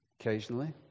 Occasionally